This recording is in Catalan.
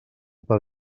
per